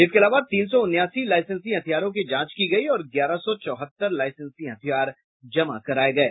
इसके अलावा तीन सौ उनासी लाईसेंसी हथियारों की जांच की गयी और ग्यारह सौ चौहत्तर लाईसेंसी हथियार जमा कराये गये